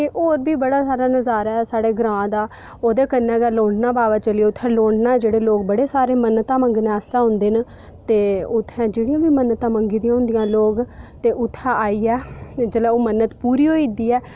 ते होर बी बड़ा सारा नजारा ऐ साढ़े ग्रांऽ दा ओह्दे कन्नै गै लोग दे उत्थें दे लोग ना जेह्ड़े बड़े सारे लोग मन्नतां मंगनै आस्तै औंदे न ते उत्थें जेह्ड़ियां बी मन्नता मंग्गी दियां होंदियां लोग ते उत्थें आइयै जेल्लै ओह् मन्नत पूरी होई दी ऐ